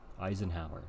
Eisenhower